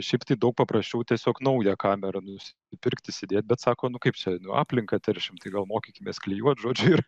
šiaip tai daug paprasčiau tiesiog naują kamerą nu pirkti įsidėt bet sako nu kaip čia aplinką teršiam tai gal mokykimės klijuot žodžiu ir